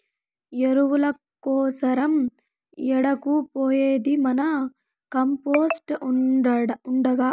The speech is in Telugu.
ఎరువుల కోసరం ఏడకు పోయేది మన కంపోస్ట్ ఉండగా